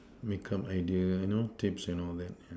make up idea you know tapes and all that yeah